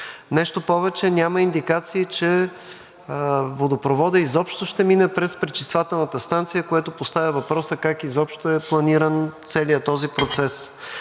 Нещо повече – няма индикации, че водопроводът изобщо ще мине през пречиствателната станция, което поставя въпроса как изобщо е планиран целият този процес?